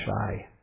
shy